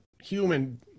human